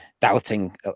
doubting